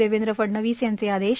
देवेंद्र फडणवीस यांचे आदेश